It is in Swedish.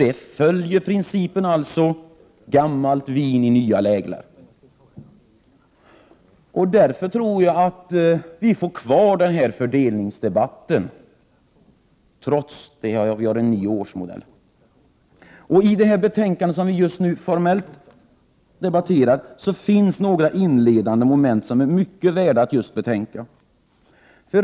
Det följer principen ”gammalt vin i nya läglar”. Därför tror jag att vi kommer att ha kvar fördelningsdebatten, trots att den blir av en ny årsmodell. I det betänkande som vi just nu formellt debatterar finns några inledande moment som är väl värda att betänka.